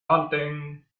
hunting